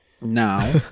Now